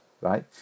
right